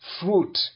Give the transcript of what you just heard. fruit